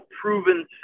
proven